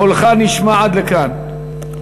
קולך נשמע עד לכאן.